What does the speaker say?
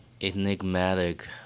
enigmatic